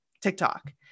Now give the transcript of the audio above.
TikTok